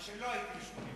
מה שלא הייתי ב-1988.